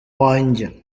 wanjye